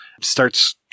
starts